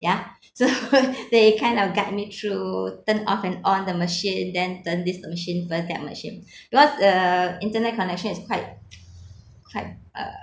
yeah so they kind of guide me through turn off and on the machine then turn this the machine turn that machine because uh internet connection is quite quite uh